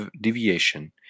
deviation